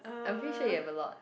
I'm pretty sure you have a lot